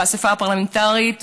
באספה הפרלמנטרית,